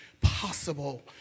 possible